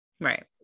right